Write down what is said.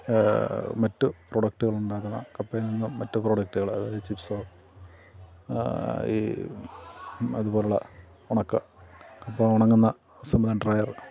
മറ്റു പ്രോഡക്റ്റുകൾ ഉണ്ടാക്കുന്ന കപ്പയിൽ നിന്നും മറ്റു പ്രോഡക്റ്റുകൾ അതായത് ചിപ്സോ ഈ അതുപോലെയുള്ള ഉണക്ക കപ്പ ഉണങ്ങുന്ന ഡ്രയർ